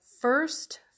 first